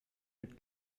mit